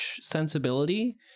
sensibility